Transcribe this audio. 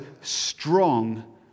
strong